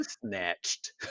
Snatched